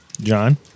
John